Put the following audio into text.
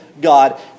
God